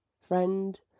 friend